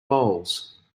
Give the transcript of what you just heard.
bowls